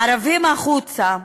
"ערבים החוצה"